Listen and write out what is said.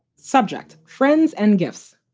subject. friends and gifts.